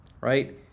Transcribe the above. right